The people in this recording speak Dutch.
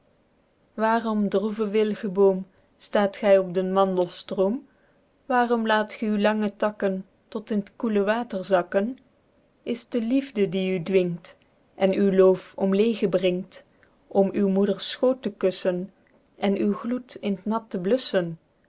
waerom droeve wilgeboom staet gy op den mandelstroom waerom laet ge uw lange takken tot in t koele water zakken is t de liefde die u dwingt en uw loof omleege bringt om uw moeders schoot te kussen en uw gloed in t nat te